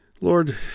Lord